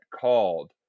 called